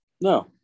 No